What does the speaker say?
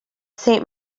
saint